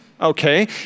okay